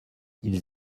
ils